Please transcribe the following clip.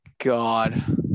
god